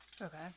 Okay